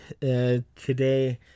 today